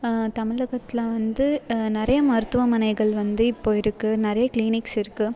தமிழகத்துல வந்து நிறையா மருத்துவமனைகள் வந்து இப்போது இருக்குது நிறைய க்ளினிக்ஸ் இருக்குது